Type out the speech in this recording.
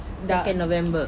second november